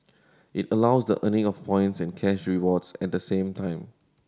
it allows the earning of points and cash rewards at the same time